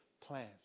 plan